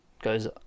goes